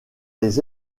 les